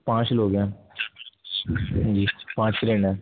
پانچ لوگ ہیں جی پانچ پلیٹیں